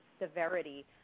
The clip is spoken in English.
severity